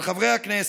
אבל חברי הכנסת,